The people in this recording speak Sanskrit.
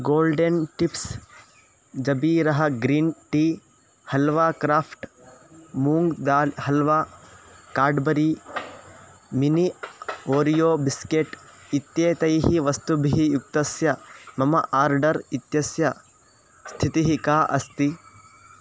गोल्डेन् टिप्स् जबीरः green tea halwa craft moong dal halwa Cadbury mini Oreo biscuit इत्येतैः वस्तुभिः युक्तस्य मम आर्डर् इत्यस्य स्थितिः का अस्ति